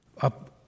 up